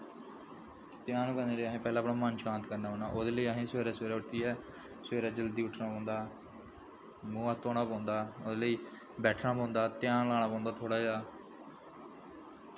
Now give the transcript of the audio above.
ध्यान करने लेई असें पैह्लें अपना मन शांत करना पौना ओह्दे लेई असें सबैह्रे सबैह्रे उट्ठियै सबैह्रे जल्दी उट्ठना पौंदा मूंह् हत्थ धोना पौंदा ओह्दे लेई बैठना पौंदा ध्यान लाना पौंदा थोह्ड़ा जेहा